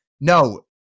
No